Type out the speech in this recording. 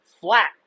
flat